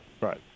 right